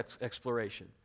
exploration